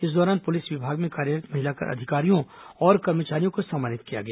इस दौरान पुलिस विभाग में कार्यरत् महिला अधिकारियों और कर्मचारियों को सम्मानित किया गया